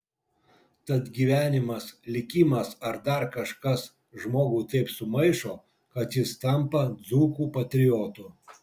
tad gyvenimas likimas ar dar kažkas žmogų taip sumaišo kad jis tampa dzūkų patriotu